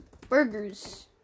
burgers